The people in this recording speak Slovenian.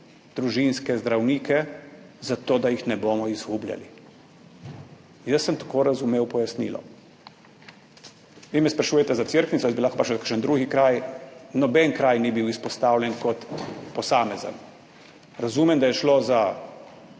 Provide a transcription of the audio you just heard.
družinske zdravnike zato, da jih ne bomo izgubljali. Jaz sem tako razumel pojasnilo. Vi me sprašujete za Cerknico, jaz bi lahko vprašal za kakšen drug kraj. Noben kraj ni bil izpostavljen kot posamezen. Verjamem, da je šlo za